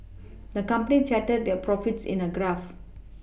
the company charted their profits in a graph